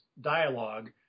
dialogue